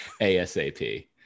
asap